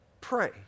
Pray